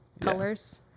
colors